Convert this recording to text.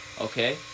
okay